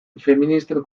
feministen